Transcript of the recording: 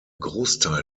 großteil